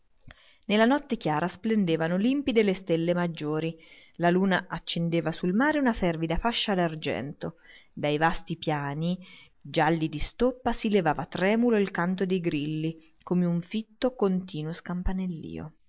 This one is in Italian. nella notte chiara splendevano limpide le stelle maggiori la luna accendeva sul mare una fervida fascia d'argento dai vasti piani gialli di stoppia si levava tremulo il canto dei grilli come un fitto continuo scampanellio